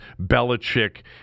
Belichick